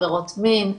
עבירות מין,